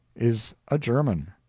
is a german.